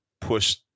push